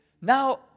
Now